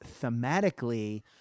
thematically